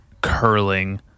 curling